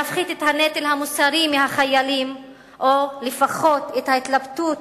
להפחית את הנטל המוסרי מהחיילים או לפחות את ההתלבטות